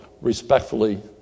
respectfully